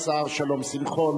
השר שלום שמחון,